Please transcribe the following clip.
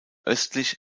östlich